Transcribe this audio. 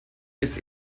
ist